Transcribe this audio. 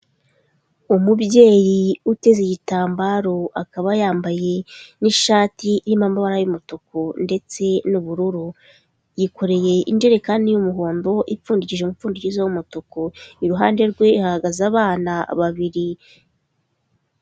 Umubyeyi uteze igitambaro, akaba yambaye n'ishati irimo amabara y'umutuku, ndetse n'ubururu, yikoreye ijerekani y'umuhondo, ipfundikije imupfundikizo w'umutuku, iruhande rwe hahagaze abana babiri.